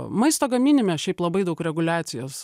maisto gaminime šiaip labai daug reguliacijos